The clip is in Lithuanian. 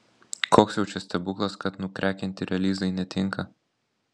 koks jau čia stebuklas kad nukrekinti relyzai netinka